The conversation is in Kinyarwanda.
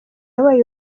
wabaye